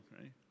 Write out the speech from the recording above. right